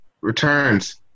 returns